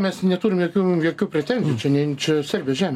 mes neturim jokių jokių pretenzijų čia nin čia serbijos žemė